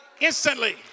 instantly